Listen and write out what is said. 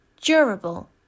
durable